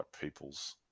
people's